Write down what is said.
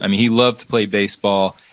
um he loved to play baseball,